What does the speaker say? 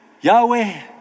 Yahweh